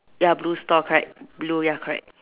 ya blue stall correct blue ya correct